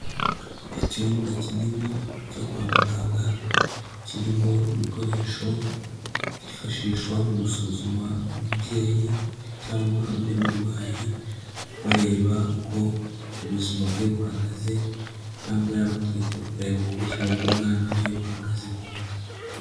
Icyumba kinini cyo kwa muganga, kirimo ibikoresho byifashishwa mu gusuzuma umubyeyi cyangwa undi murwayi, bareba uko ubuzima bwe buhagaze cyangwa yaba atwite bakareba uko ubuzima bw'umwana we buhagaze mu nda.